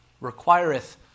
requireth